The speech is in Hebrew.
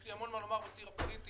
יש לי המון מה לומר על הציר הפוליטי.